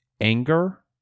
anger